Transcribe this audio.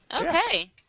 okay